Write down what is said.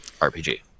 RPG